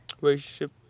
Relationship